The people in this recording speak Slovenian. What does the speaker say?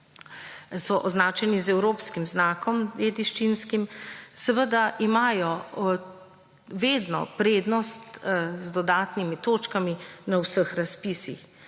so označeni z evropskim znakom, dediščinskim, seveda imajo vedno prednost z dodatnimi točkami, na vseh razpisih.